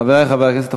חברי חברי הכנסת,